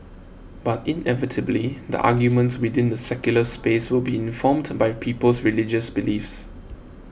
but inevitably the arguments within the secular space will be informed by people's religious beliefs